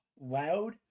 loud